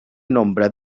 nombre